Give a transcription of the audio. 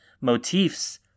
motifs